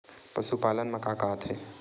पशुपालन मा का का आथे?